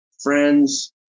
friends